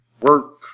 work